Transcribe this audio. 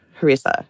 Harissa